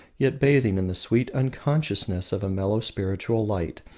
yet bathing in the sweet unconsciousness of a mellow spiritual light,